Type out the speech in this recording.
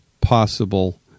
possible